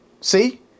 See